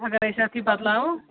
اگر أسۍ اَتھ یہِ بدلاوو